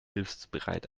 hilfsbereit